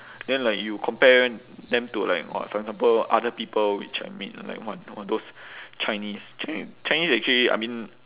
then like you compare them to like !wah! for example other people which I mean like what all those chinese chi~ chinese actually I mean